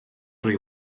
rwy